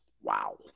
Wow